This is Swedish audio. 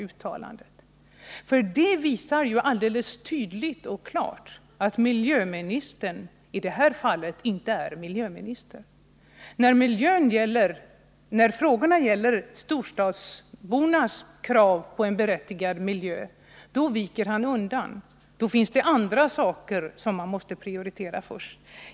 Uttalandet visar ju alldeles tydligt och klart att miljöministern i det här fallet inte resonerar som en miljöminister. När frågorna gäller storstadsbornas berättigade krav på en förbättrad miljö, då viker Anders Dahlgren undan. Då finns det andra saker som måste prioriteras.